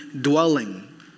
dwelling